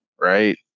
right